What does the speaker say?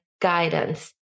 guidance